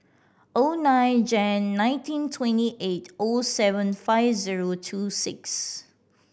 O nine Jan nineteen twenty eight O seven five zero two six